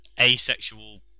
asexual